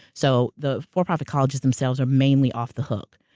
so the for-profit colleges themselves are mainly off the hook.